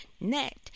net